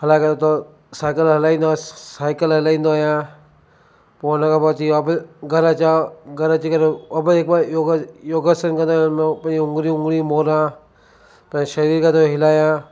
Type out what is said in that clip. हलाए करे थोरो साइकल हलाईंदो आहियां साइकल हलाईंदो आहियां पो उन खां पो अची वापसि घरु अचां घरु अची करे वापस हिकु बार योगा योगासन कंदो आहियां उन में पंहिंजियूं उंगिड़ीयूं उंगिड़ीयूं मोड़ां पंहिंजे शरीर खे थो हिलायां